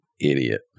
idiot